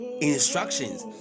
instructions